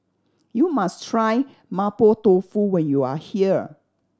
you must try Mapo Tofu when you are here